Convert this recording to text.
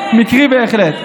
מקרי בהחלט.